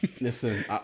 Listen